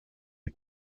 lui